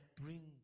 bring